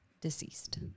deceased